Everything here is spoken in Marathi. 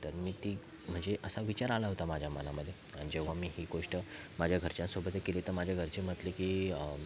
तर मी ती म्हणजे असा विचार आला होता माझ्या मनामध्ये आणि जेंव्हा मी ही गोष्ट माझ्या घरच्यांसोबत हे केली तर माझे घरचे म्हटले की